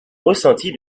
ressenti